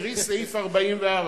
קרי: סעיף 44,